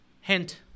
Hint